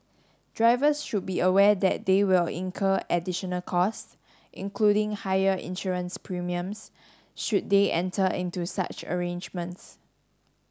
drivers should be aware that they will incur additional costs including higher insurance premiums should they enter into such arrangements